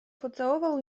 pocałował